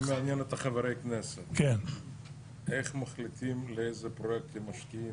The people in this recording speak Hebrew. חברי הכנסת איך מחליטים באיזה פרויקטים משקיעים,